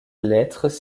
lettres